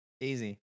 Easy